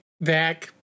back